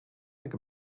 think